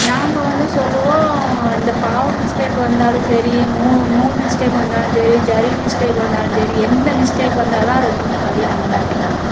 நாங்கள் வந்து சொல்வோம் இந்த பாவு மிஸ்டேக் வந்தாலும் சரி நூ நூல் மிஸ்டேக் வந்தாலும் சரி ஜரிகை மிஸ்டேக் வந்தாலும் சரி எந்த மிஸ்டேக் வந்தாலும் அதை தூக்கி பழிய நம்ம மேலே போட்டுருவாங்க